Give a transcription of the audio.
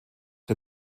der